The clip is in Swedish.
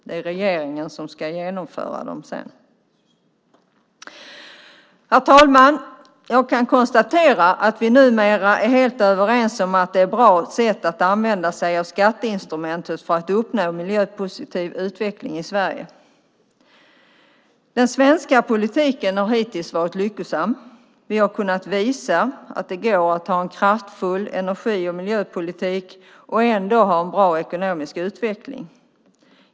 Det är ju regeringen som ska genomföra dem sedan. Herr talman! Jag kan konstatera att vi numera är helt överens om att det är ett bra sätt att använda sig av skatteinstrumentet för att uppnå en miljöpositiv utveckling i Sverige. Den svenska politiken har hittills varit lyckosam. Vi har kunnat visa att det går att ha en kraftfull energi och miljöpolitik och ändå ha en bra ekonomisk utveckling.